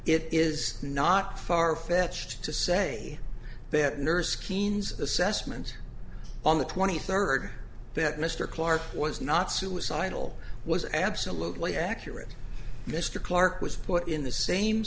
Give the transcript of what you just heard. it is not farfetched to say that nurse keane's assessment on the twenty third that mr clark was not suicidal was absolutely accurate mr clark was put in the same